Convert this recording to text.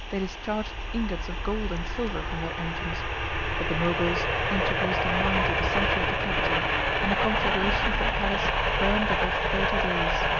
they discharged ingots of gold and silver from their engines but the moguls introduced a mine to the centre of the capital and the conflagration of the palace burnt above thirty days.